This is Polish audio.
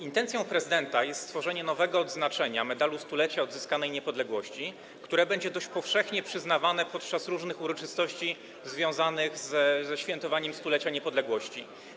Intencją prezydenta jest stworzenie nowego odznaczenia, Medalu Stulecia Odzyskanej Niepodległości, które będzie dość powszechnie przyznawane podczas różnych uroczystości związanych ze świętowaniem stulecia niepodległości.